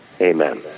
Amen